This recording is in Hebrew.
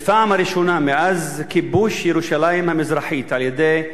בפעם הראשונה מאז כיבוש ירושלים המזרחית על-ידי ישראל,